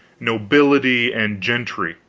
nobility and gentry,